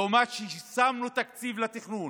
לעומת זאת שמנו תקציב לתכנון,